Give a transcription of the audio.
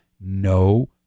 no